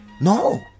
no